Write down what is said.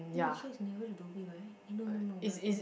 eh no here is nearer to Dhoby right eh no no no very far